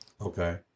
okay